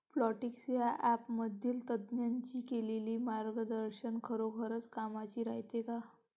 Plantix या ॲपमधील तज्ज्ञांनी केलेली मार्गदर्शन खरोखरीच कामाचं रायते का?